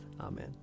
Amen